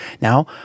Now